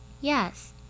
Yes